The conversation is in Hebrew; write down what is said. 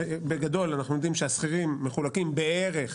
בגדול אנחנו יודעים שהשכירים מחולקים בערך